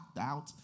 out